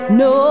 no